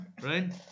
right